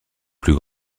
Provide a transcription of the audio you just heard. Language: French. plus